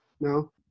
No